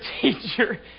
teacher